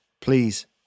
Please